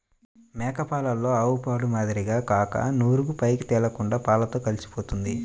మేక పాలలో ఆవుపాల మాదిరిగా కాక నురుగు పైకి తేలకుండా పాలతో కలిసిపోతుంది